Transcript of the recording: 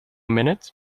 minute